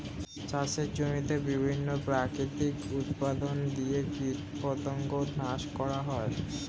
চাষের জমিতে বিভিন্ন প্রাকৃতিক উপাদান দিয়ে কীটপতঙ্গ নাশ করা হয়